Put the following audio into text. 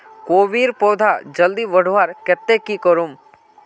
कोबीर पौधा जल्दी बढ़वार केते की करूम?